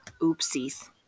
Oopsies